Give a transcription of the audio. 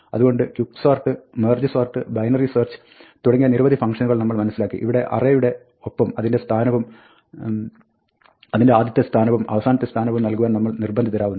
അതുകൊണ്ട് quick sort merge sort binary search തുടങ്ങിയ നിരവധി ഫംഗ്ഷനുകൾ നമ്മൾ മനസ്സിലാക്കി ഇവിടെ അറേ യുടെ ഒപ്പം അതിന്റെ ആദ്യത്തെ സ്ഥാനവും അവസാനത്തെ സ്ഥാനവും നൽകുവാൻ നമ്മൾ നിർബന്ധിതരാവുന്നു